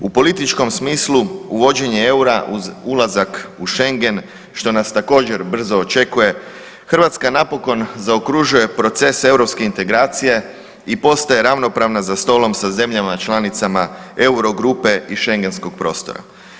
U političkom smislu uvođenje eura uz ulazak u Schengen što nas također brzo očekuje, Hrvatska napokon zaokružuje proces europske integracije i postaje ravnopravna za stolom sa zemljama članicama Eurogrupe i schengenskog prostora.